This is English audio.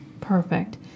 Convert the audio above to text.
Perfect